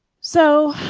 so